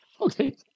Okay